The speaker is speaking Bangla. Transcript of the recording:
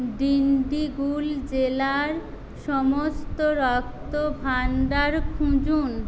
ডিণ্ডিগুল জেলার সমস্ত রক্ত ভাণ্ডার খুঁজুন